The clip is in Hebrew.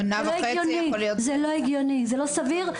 זה לא הגיוני, זה לא סביר.